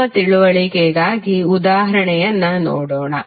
ಉತ್ತಮ ತಿಳುವಳಿಕೆಗಾಗಿ ಉದಾಹರಣೆಯನ್ನು ನೋಡೋಣ